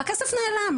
הכסף נעלם.